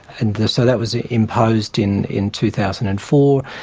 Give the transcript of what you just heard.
and so that was ah imposed in in two thousand and four,